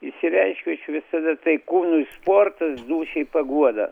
išsireiškiu aš visada tai kūnui sportas dūšiai paguoda